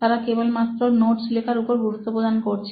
তারা কেবলমাত্র নোটস লেখার উপর গুরুত্ব প্রদান করছেন